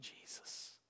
Jesus